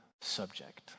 subject